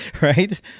right